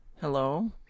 Hello